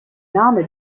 name